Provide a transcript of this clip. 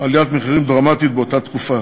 עליית מחירים דרמטית באותה תקופה.